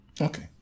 Okay